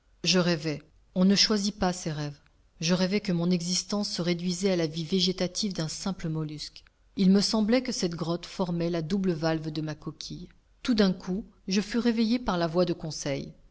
je rêvais on ne choisit pas ses rêves je rêvais que mon existence se réduisait à la vie végétative d'un simple mollusque il me semblait que cette grotte formait la double valve de ma coquille tout d'un coup je fus réveillé par la voix de conseil